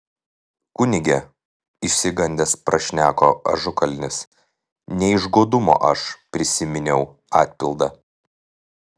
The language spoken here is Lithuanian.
kunige išsigandęs prašneko ažukalnis ne iš godumo aš prisiminiau atpildą